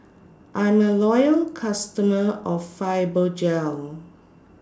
I'm A Loyal customer of Fibogel